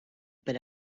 per